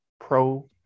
pro